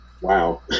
wow